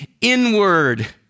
inward